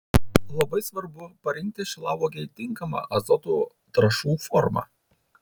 labai svarbu parinkti šilauogei tinkamą azoto trąšų formą